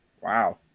Wow